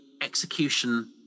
execution